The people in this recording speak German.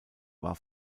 war